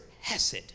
hesed